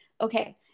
Okay